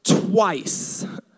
twice